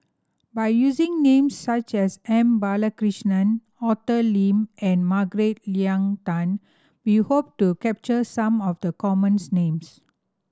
by using names such as M Balakrishnan Arthur Lim and Margaret Leng Tan we hope to capture some of the commons names